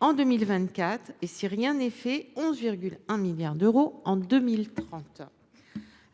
en 2024 et, si rien n’est fait, de 11,1 milliards d’euros en 2030.